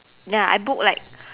ya I book like